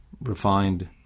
refined